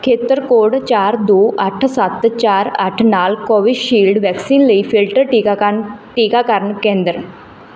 ਖੇਤਰ ਕੋਡ ਚਾਰ ਦੋ ਅੱਠ ਸੱਤ ਚਾਰ ਅੱਠ ਨਾਲ ਕੋਵਿਸ਼ਿਲਡ ਵੈਕਸੀਨ ਲਈ ਫਿਲਟਰ ਟੀਕਾਕਰਨ ਟੀਕਾਕਰਨ ਕੇਂਦਰ